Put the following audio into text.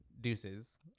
deuces